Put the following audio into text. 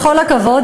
בכל הכבוד,